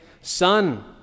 Son